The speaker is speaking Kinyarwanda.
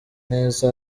neza